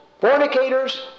fornicators